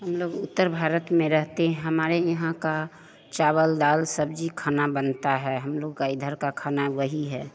हमलोग उत्तर भारत में रहते हैं हमारे यहाँ का चावल दाल सब्ज़ी खाना बनता है हमलोग का इधर का खाना वही है